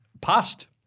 passed